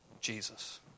Jesus